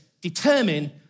determine